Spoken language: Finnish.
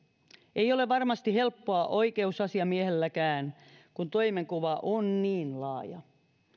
ei ole varmasti helppoa oikeusasiamiehelläkään kun toimenkuva on niin laaja